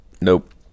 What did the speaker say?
Nope